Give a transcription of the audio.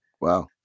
Wow